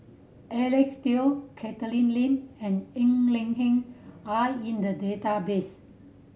Eric Teo Catherine Lim and Ng Eng Hen are in the database